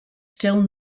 still